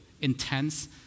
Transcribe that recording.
intense